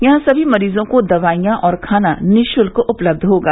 यहां सभी मरीजों को दवाइयां और खाना निःशुल्क उपलब्ध होगा